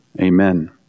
amen